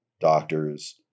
doctors